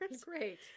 Great